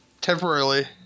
Temporarily